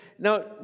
Now